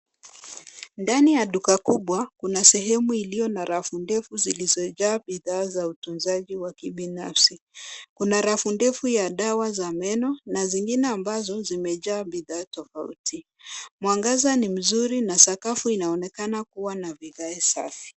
Ndani ya duka kubwa kuna sehemu iliyo na rafu ndefu zilizojaa bidhaa za utunzaji wa kibinafsi. Kuna rafu ndefu ya dawa za meno na zingine ambazo zimejaa bidhaa tofauti. Mwangaza ni mzuri na sakafu inaonekana kuwa na vigae safi.